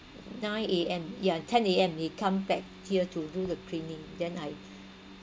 nine A_M ya ten A_M they come back here to do the cleaning then I